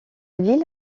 ville